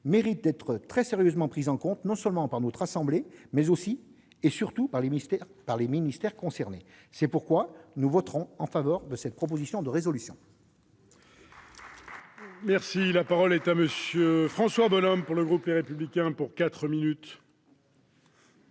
méritent d'être très sérieusement prises en compte, non seulement par notre assemblée, mais aussi et surtout par les ministères concernés. C'est pourquoi nous voterons en faveur de l'adoption de cette proposition de résolution. La parole est à M. François Bonhomme. Monsieur le président, monsieur